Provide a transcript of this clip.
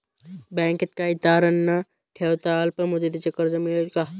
बँकेत काही तारण न ठेवता अल्प मुदतीचे कर्ज मिळेल का?